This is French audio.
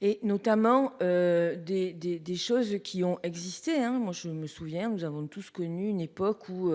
Et notamment. Des des des choses qui ont existé hein, moi je ne me souviens nous avons tous connu une époque où.